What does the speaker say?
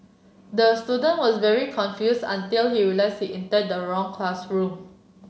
the student was very confuse until he realising enter the wrong classroom